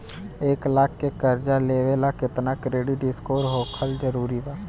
एक लाख के कर्जा लेवेला केतना क्रेडिट स्कोर होखल् जरूरी बा?